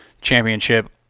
Championship